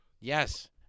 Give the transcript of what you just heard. Yes